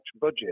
budget